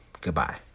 Goodbye